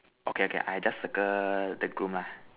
okay okay I just circle the groom lah